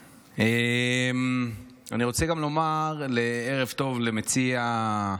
רוצה גם לומר ערב טוב למציע,